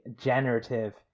generative